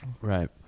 Right